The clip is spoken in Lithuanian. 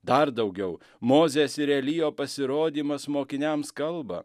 dar daugiau mozės ir elijo pasirodymas mokiniams kalba